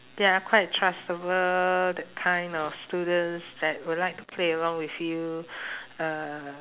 they are quite trustable that kind of students that will like to play around with you uh